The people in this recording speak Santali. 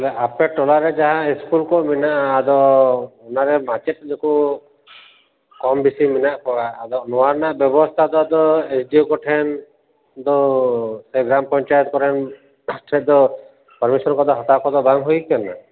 ᱛᱟᱦᱚᱞᱮ ᱟᱯᱮ ᱴᱚᱞᱟ ᱨᱮ ᱡᱟᱦᱟᱸ ᱤᱥᱠᱩᱞ ᱠᱚ ᱢᱮᱱᱟᱜᱼᱟ ᱟᱫᱚ ᱚᱱᱟ ᱨᱮ ᱢᱟᱪᱮᱫ ᱜᱮᱠᱚ ᱠᱚᱢ ᱵᱤᱥᱤ ᱢᱮᱱᱟᱜ ᱠᱚᱣᱟ ᱟᱫᱚ ᱱᱚᱣᱟ ᱨᱮᱱᱟᱜ ᱵᱮᱵᱚᱥᱛᱷᱟ ᱫᱚ ᱟᱫᱚ ᱮᱥ ᱰᱤ ᱳ ᱠᱚᱴᱷᱮᱱ ᱫᱚ ᱥᱮ ᱜᱨᱟᱢ ᱯᱚᱧᱪᱟᱭᱮᱛ ᱠᱚᱨᱮᱱ ᱠᱚᱴᱷᱮᱱ ᱫᱚ ᱯᱟᱨᱢᱤᱥᱚᱱ ᱠᱚᱫᱚ ᱦᱟᱛᱟᱣ ᱠᱚᱫᱚ ᱵᱟᱝ ᱦᱩᱭ ᱟᱠᱟᱱᱟ